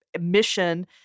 mission